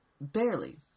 Barely